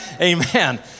Amen